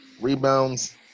rebounds